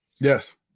Yes